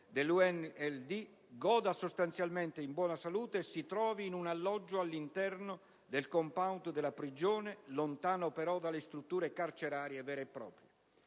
dell'NLD goda sostanzialmente di buona salute e si trovi in un alloggio all'interno del *compound* della prigione, lontano, però, dalle strutture carcerarie vere e proprie.